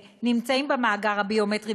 נמצאים במאגר הביומטרי,